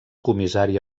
comissari